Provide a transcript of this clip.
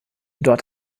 dort